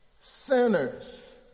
sinners